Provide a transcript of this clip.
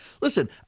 Listen